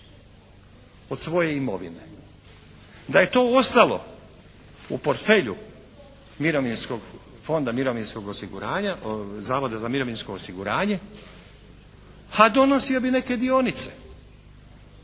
od svoje imovine. Da je to ostalo u portfelju Fonda mirovinskog osiguranja, Zavoda za mirovinsko osiguranje a donosio bi neke dionice.